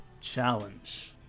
Challenge